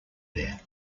there